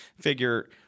figure